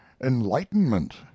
enlightenment